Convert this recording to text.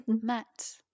Matt